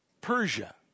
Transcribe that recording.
Persia